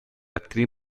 actriz